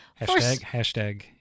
Hashtag